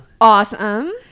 Awesome